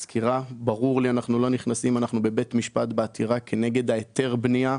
אנחנו בבית משפט בעתירה כנגד היתר הבנייה,